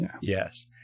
yes